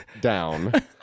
down